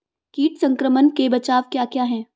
कीट संक्रमण के बचाव क्या क्या हैं?